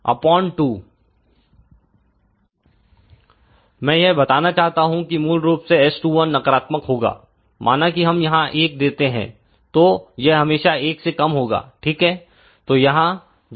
20log101RjXZo012 मैं यह बताना चाहता हूं कि मूल रूप से S21 नकारात्मक होगा माना कि हम यहां एक देते हैं तो यह हमेशा एक से कम होगा ठीक है तो यहां जब हम 1